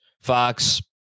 Fox